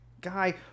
guy